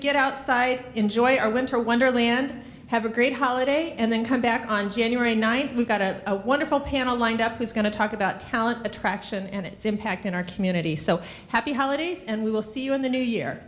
get outside enjoy our winter wonderland have a great holiday and then come back on january ninth we've got a wonderful panel lined up who's going to talk about talent attraction and its impact in our community so happy holidays and we will see you in the new year